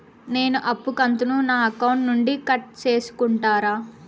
నేను అప్పు కంతును నా అకౌంట్ నుండి కట్ సేసుకుంటారా?